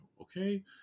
okay